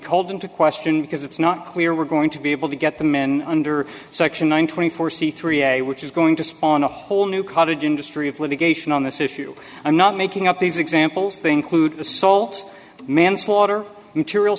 called into question because it's not clear we're going to be able to get the men under section one twenty four c three a which is going to spawn a whole new cottage industry of litigation on this issue i'm not making up these example being clued assault manslaughter material